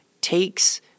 takes